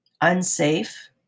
unsafe